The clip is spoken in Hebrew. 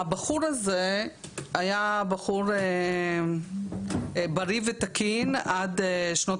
הבחור הזה היה בחור בריא ותקין עד שנות